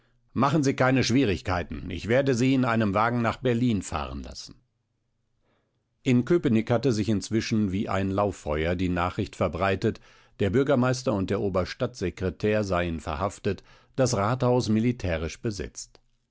machen sie keine schwierigkeiten ich werde sie in einem wagen nach berlin fahren lassen in köpenick hatte sich inzwischen wie ein lauffeuer die nachricht verbreitet der bürgermeister und der oberstadtsekretär seien verhaftet das rathaus militärisch besetzt